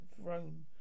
throne